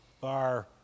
bar